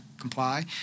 comply